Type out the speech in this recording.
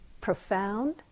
profound